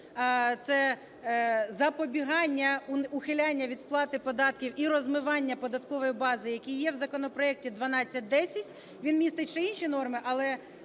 це запобігання ухилянню від сплати податків і розмиванню податкової бази, які є в законопроекті 1210, він містить ще інші норми, але